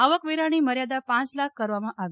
આવકવેરાની મર્યાદા પાંચ લાખ કરવામાં આવી